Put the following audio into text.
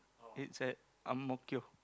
it's at ang-mo-kio